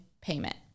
payment